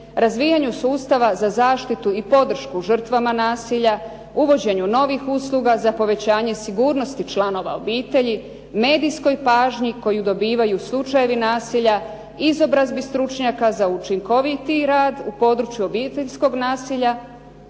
razvijanju sustava za zaštitu i podršku žrtvama nasilja, uvođenju novih usluga za povećanje sigurnosti članova obitelji, medijskoj pažnji koju dobivaju slučajevi nasilja, izobrazbi stručnjaka za učinkovitiji rad u području obiteljskog nasilja